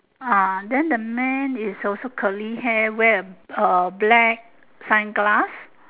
ah then the man is also curly hair wear a a black sunglass